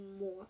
more